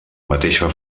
mateixa